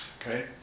Okay